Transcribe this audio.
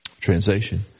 Translation